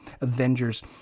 Avengers